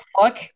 fuck